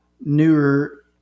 newer